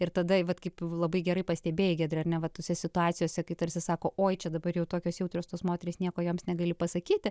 ir tada vat kaip labai gerai pastebėjai giedre ar ne va tose situacijose kai tarsi sako oi čia dabar jau tokios jautrios tos moterys nieko joms negali pasakyti